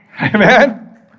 Amen